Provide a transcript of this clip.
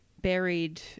buried